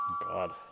God